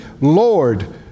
Lord